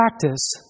practice